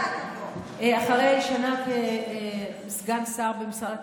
אחרי שנה כסגן שר במשרד התחבורה,